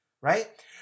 right